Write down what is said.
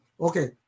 Okay